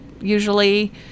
usually